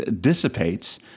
dissipates